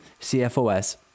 CFOS